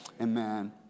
amen